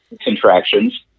contractions